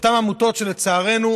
אותן עמותות שלצערנו,